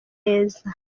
neza